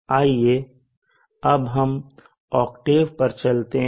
आइए अब हम आकटेव पर चलते हैं